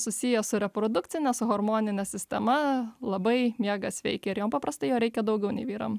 susiję su reprodukcine su hormonine sistema labai miegas veikia ir jom paprastai jo reikia daugiau nei vyram